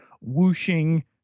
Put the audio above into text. whooshing